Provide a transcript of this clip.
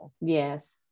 Yes